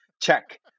check